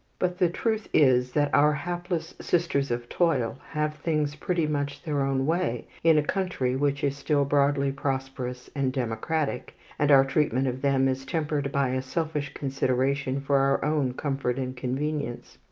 but the truth is that our hapless sisters of toil have things pretty much their own way in a country which is still broadly prosperous and democratic, and our treatment of them is tempered by a selfish consideration for our own comfort and convenience.